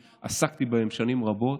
עסקתי בהם באופן אישי שנים רבות,